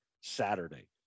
Saturday